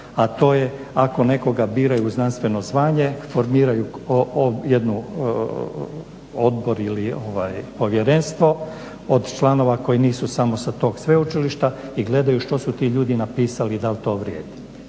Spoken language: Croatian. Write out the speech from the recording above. a to je ako nekoga biraju u znanstveno zvanje formiraju jedan odbor ili povjerenstvo, od članova koji nisu samo sa tog sveučilišta i gledaju što su ti ljudi napisali i dal to vrijedi.